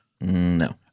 No